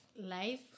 life